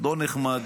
לא נחמד,